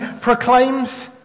proclaims